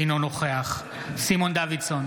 אינו נוכח סימון דוידסון,